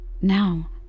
Now